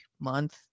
month